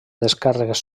descàrregues